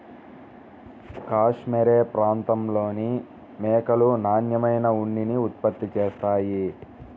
cashmere ప్రాంతంలోని మేకలు నాణ్యమైన ఉన్నిని ఉత్పత్తి చేస్తాయి